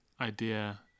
idea